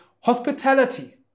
hospitality